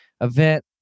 event